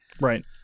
Right